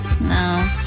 no